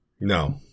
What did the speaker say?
No